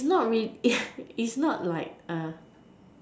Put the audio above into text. it's not it's not like a